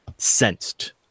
sensed